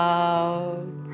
out